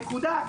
נקודה,